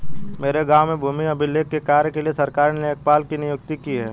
मेरे गांव में भूमि अभिलेख के कार्य के लिए सरकार ने लेखपाल की नियुक्ति की है